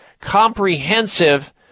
comprehensive